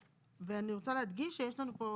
ואני רוצה להדגיש שיש לנו פה